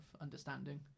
understanding